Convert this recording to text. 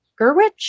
Gerwich